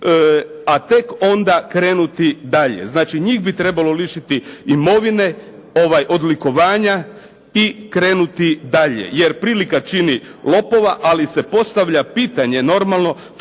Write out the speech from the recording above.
a tek onda krenuti dalje. Znači njih bi trebalo lišiti imovine, odlikovanja i krenuti dalje. Jer prilika čini lopova, ali se postavlja pitanje normalno